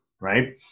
right